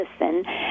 listen